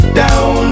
down